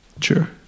Sure